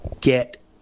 get